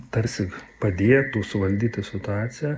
tarsi padėtų suvaldyti situaciją